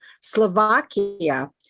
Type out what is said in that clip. Slovakia